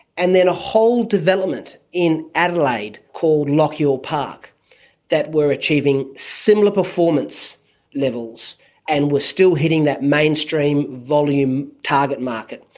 and then a whole development in adelaide called lochiel park that were achieving similar performance levels and were still hitting that mainstream volume target market,